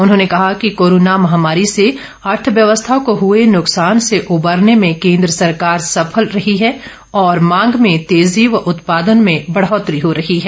उन्होंने कहा कि कोरोना महामारी से अर्थव्यवस्था को हुए नुकसान से उबरने में केंद्र सरकार सफल रही है और मांग में तेजी व उत्पादन में बढ़ौतरी हो रही है